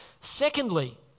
Secondly